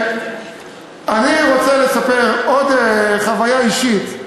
אני רוצה לספר עוד חוויה אישית,